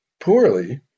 poorly